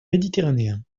méditerranéen